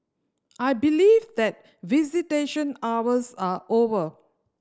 I believe that visitation hours are over